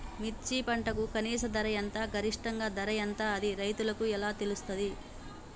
మిర్చి పంటకు కనీస ధర ఎంత గరిష్టంగా ధర ఎంత అది రైతులకు ఎలా తెలుస్తది?